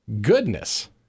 goodness